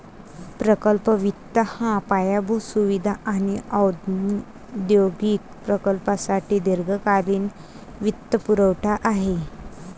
प्रकल्प वित्त हा पायाभूत सुविधा आणि औद्योगिक प्रकल्पांसाठी दीर्घकालीन वित्तपुरवठा आहे